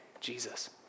Jesus